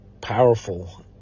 powerful